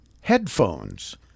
headphones